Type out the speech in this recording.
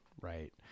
right